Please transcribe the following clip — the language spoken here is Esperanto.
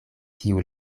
kiu